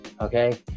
okay